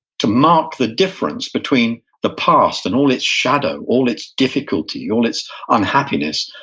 to mark the difference between the past and all its shadow, all its difficulty, all its unhappiness,